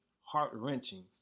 heart-wrenching